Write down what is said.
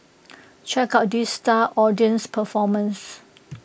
check out these star audience performers